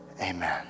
amen